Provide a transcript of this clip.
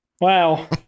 Wow